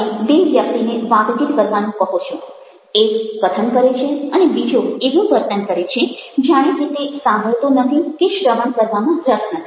તમે બે વ્યક્તિને વાતચીત કરવાનું કહો છો એક કથન કરે છે અને બીજો એવું વર્તન કરે છે જાણે કે તે સાંભળતો નથી કે શ્રવણ કરવામાં રસ નથી